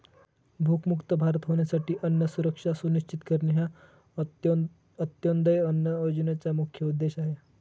भूकमुक्त भारत होण्यासाठी अन्न सुरक्षा सुनिश्चित करणे हा अंत्योदय अन्न योजनेचा मुख्य उद्देश आहे